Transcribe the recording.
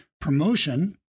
Promotion